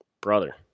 Brother